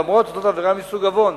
אף-על-פי שזאת עבירה מסוג עוון,